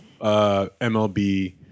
MLB